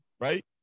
right